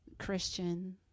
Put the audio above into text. Christian